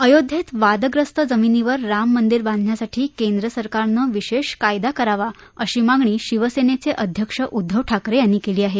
अयोध्येत वादग्रस्त जमिनीवर राम मंदीर बांधण्यासाठी केंद्र सरकारनं विशेष कायदा करावा अशी मागणी शिवसेनेचे अध्यक्ष उद्धव ठाकरे यांनी केली आहे